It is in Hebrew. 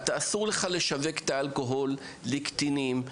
אסור לך לשווק את האלכוהול לקטינים,